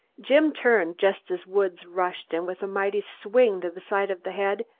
jim turned just as woods rushed and with a mighty swing to the side of the head,